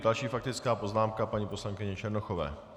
Další faktická poznámka paní poslankyně Černochové.